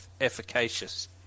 efficacious